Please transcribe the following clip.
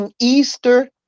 Easter